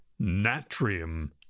natrium